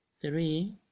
three